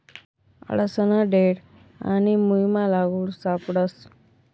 आडसना देठ आणि मुयमा लाकूड सापडस